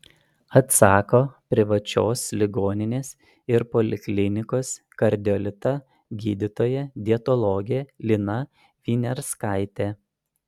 atsako privačios ligoninės ir poliklinikos kardiolita gydytoja dietologė lina viniarskaitė